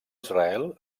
israel